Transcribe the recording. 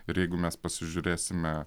ir jeigu mes pasižiūrėsime